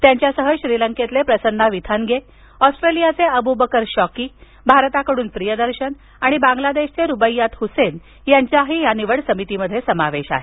त्यांच्यासह श्रीलंकेतले प्रसन्ना विथानगे आस्ट्रियाचे अबू बकर शॉकी भारताकडून प्रियदर्शन आणि बांग्लादेशचे रुबाईयात हुसैन यांचाही निवड समितीत समावेश आहे